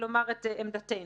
לומר את עמדתנו.